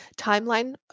timeline